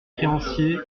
créanciers